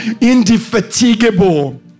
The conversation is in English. indefatigable